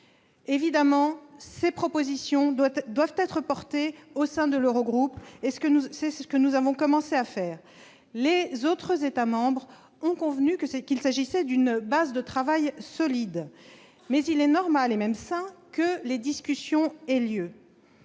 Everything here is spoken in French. évidemment, ces propositions doivent être portées au sein de l'Eurogroupe, ce que nous avons commencé à faire. Les autres États membres sont convenus qu'il s'agissait d'une base de travail solide. Il est toutefois normal, et même sain, que des discussions aient lieu.